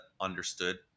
understood